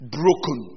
broken